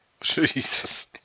Jesus